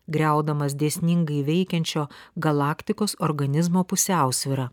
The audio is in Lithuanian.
griaudamas dėsningai veikiančio galaktikos organizmo pusiausvyrą